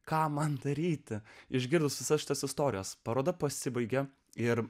ką man daryti išgirdus visas šitas istorijas paroda pasibaigia ir